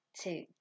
Two